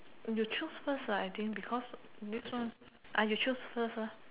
you choose first lah I think because this one ah you choose first lah